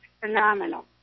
phenomenal